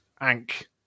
Ank